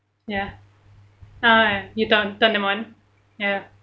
ya ah you turned turned them on ya